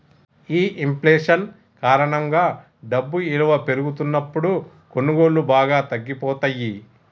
ఈ ఇంఫ్లేషన్ కారణంగా డబ్బు ఇలువ పెరుగుతున్నప్పుడు కొనుగోళ్ళు బాగా తగ్గిపోతయ్యి